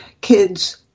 kids